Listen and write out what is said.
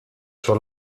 sur